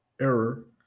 error